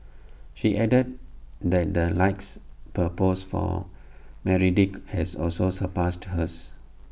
she added that the likes per post for Meredith has also surpassed hers